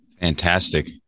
Fantastic